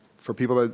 for people,